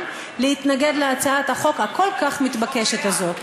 להתנגד להצעת החוק הכל-כך מתבקשת הזאת.